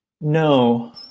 no